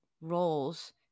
roles